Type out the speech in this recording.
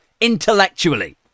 intellectually